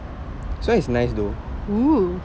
this one is nice !duh!